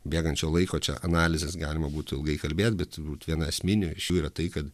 bėgančio laiko čia analizės galima būtų ilgai kalbėt bet turbūt viena esminių iš jų yra tai kad